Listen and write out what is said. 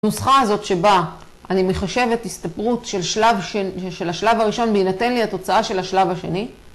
הנוסחה הזאת שבה אני מחשבת הסתברות של השלב הראשון בהינתן לי התוצאה של השלב השני.